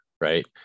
right